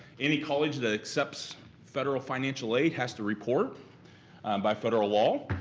any college that accepts federal financial aid has to report by federal law.